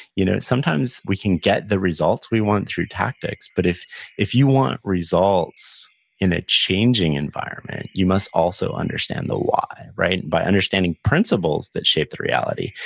you know sometimes, we can get the results we want through tactics, but if if you want results in a changing environment, you must also understand the why by understanding principles that shape the reality,